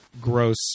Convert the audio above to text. gross